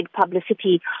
publicity